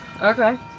Okay